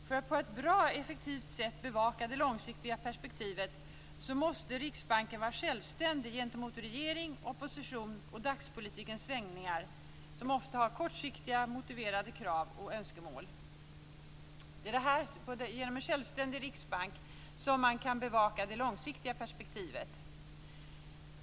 För att på ett bra och effektivt sätt bevaka det långsiktiga perspektivet måste Riksbanken vara självständig mot regering, opposition och dagspolitikens svängningar, som ofta har kortsiktigt motiverade krav och önskemål. Det är genom en självständig riksbank som man kan bevaka det långsiktiga perspektivet.